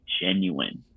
genuine